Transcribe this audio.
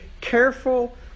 careful